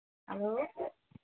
hello